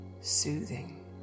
soothing